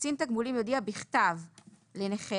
(ב) קצין תגמולים יודיע בכתב לנכה,